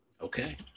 okay